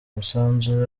umusanzu